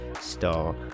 star